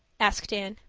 asked anne.